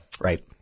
Right